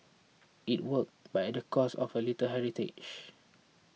it worked but at the cost of a little heritage